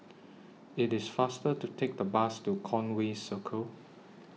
IT IS faster to Take The Bus to Conway Circle